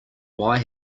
why